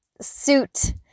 suit